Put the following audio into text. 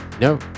No